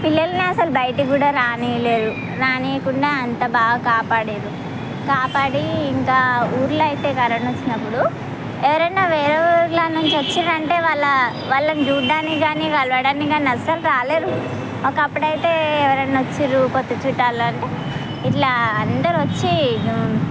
పిల్లలని అసలు బయటకు కూడా రానీయలేదు రానీయకుండా అంత బాగా కాపాడారు కాపాడి ఇంకా ఊర్లో అయితే కరోనా వచ్చినప్పుడు ఎవరన్నా వేరే ఊర్ల నుంచి వచ్చిర్రంటే వాళ్ళ వాళ్ళని చూడడానికి కానీ కలవడానికి కానీ అస్సలు రాలేదు ఒకప్పుడు అయితే ఎవరన్నా వచ్చారు కొత్త చుట్టాలంటే ఇట్లా అందరూ వచ్చి